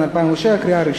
נתקבלה.